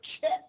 check